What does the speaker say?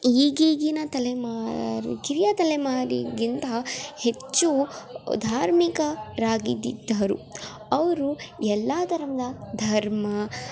ಈಗಿನ ತಲೆಮಾರು ಕಿರಿಯ ತಲೆಮಾರಿಗಿಂತ ಹೆಚ್ಚು ಧಾರ್ಮಿಕ ರಾಗಿದಿದ್ದರು ಅವರು ಎಲ್ಲದರಿಂದ ಧರ್ಮ